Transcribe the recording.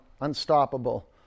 Unstoppable